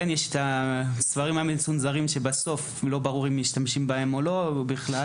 עם הספרים המצונזרים שלא ברור בכלל האם משתמשים בהם או לא,